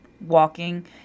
walking